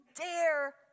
dare